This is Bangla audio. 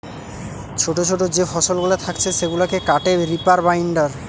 ছোটো ছোটো যে ফসলগুলা থাকছে সেগুলাকে কাটে রিপার বাইন্ডার